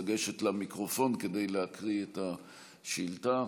לגשת למיקרופון כדי להקריא את השאילתה,